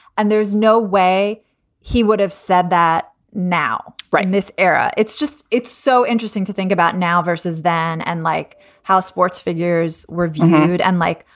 and there's no way he would have said that now. right. this era, it's just it's so interesting to think about now versus then and like how sports figures were viewed. and like,